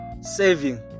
saving